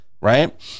right